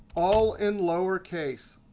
all in lower case.